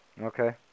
Okay